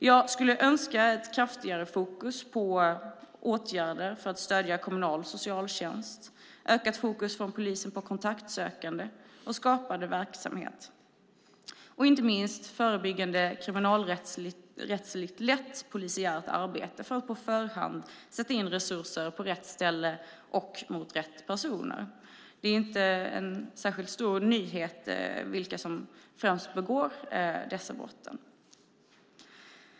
Jag skulle önska ett kraftigare fokus på åtgärder för att stödja kommunal socialtjänst, ökat fokus från polisen på kontaktsökande och kontaktskapande verksamhet och inte minst förebyggande kriminalunderrättelselett polisiärt arbete för att på förhand sätta in resurserna på rätt ställe och mot rätt personer. Det är ju inte någon särskilt stor nyhet vilka som främst begår dessa brott.